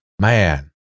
Man